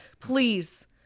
Please